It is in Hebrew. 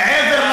מעבר,